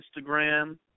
Instagram